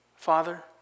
Father